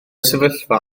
sefyllfa